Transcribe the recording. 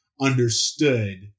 understood